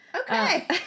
Okay